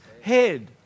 head